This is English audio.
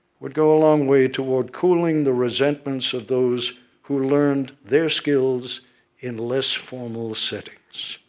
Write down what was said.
would go a long way toward cooling the resentments of those who learned their skills in less formal settings.